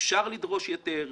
אפשר לדרוש יותר,